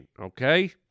okay